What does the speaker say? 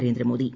Narendra Modi